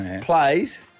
plays